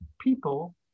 people